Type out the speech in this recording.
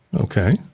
Okay